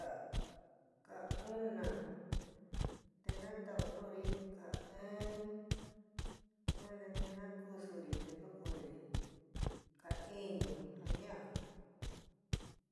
Ka, ka una te natá'u nuúri, ka ɨn yuana te nakúsuri, te ntukoóri ka iñú ja ña'á.